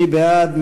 מי בעד?